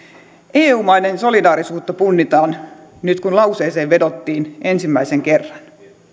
eu maiden solidaarisuutta punnitaan nyt kun lausekkeeseen vedottiin ensimmäisen kerran